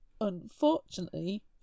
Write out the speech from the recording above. Unfortunately